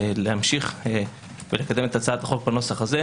להמשיך ולקדם את הצעת החוק בנוסח זה.